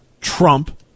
Trump